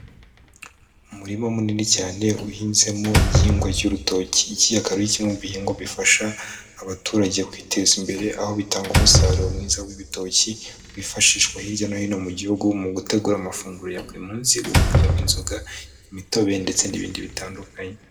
Umurima munini cyane uhinzemo igigwa cy'urutoki, iki akaba ari kimwe mu bihingwa bifasha abaturage kwiteza imbere, aho bitanga umusaruro mwiza w'ibitoki wifashishwa hirya no hino mu gihugu, mu gutegura amafunguro ya buri munsi, gukurwamo inzoga, imitobe, ndetse n'ibindi bitandukanye.